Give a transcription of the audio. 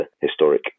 historic